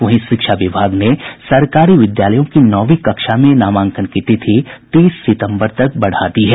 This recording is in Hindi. वहीं शिक्षा विभाग ने सरकारी विद्यालयों की नौवीं कक्षा में नामांकन की तिथि तीस सितंबर तक बढ़ा दी है